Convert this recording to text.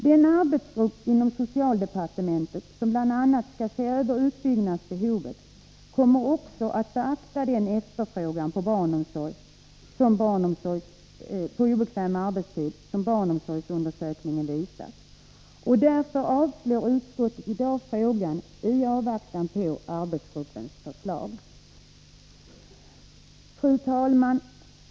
Den arbetsgrupp inom socialdepartementet som bl.a. skall se över utbyggnadsbehovet kommer också att beakta den efterfrågan på barnomsorg på obekväm arbetstid som barnomsorgsundersökningen påvisat. Därför avstyrker utskottet i dag motionen i avvaktan på arbetsgruppens förslag. Fru talman!